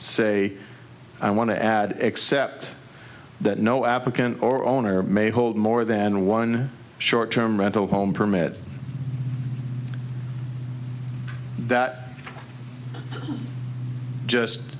say i want to add except that no applicant or owner may hold more than one short term rental home permit that just